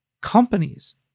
companies